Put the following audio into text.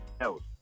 else